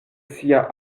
sia